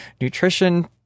nutrition